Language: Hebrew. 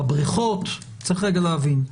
צריך רגע להבין,